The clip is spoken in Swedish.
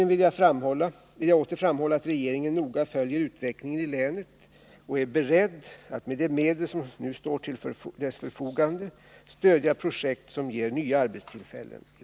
län Slutligen vill jag åter framhålla att regeringen noga följer utvecklingen i länet och är beredd att med de medel som nu står till dess förfogande stödja projekt som ger nya arbetstillfällen i Värmland.